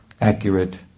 accurate